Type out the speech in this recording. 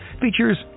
features